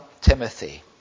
Timothy